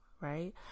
right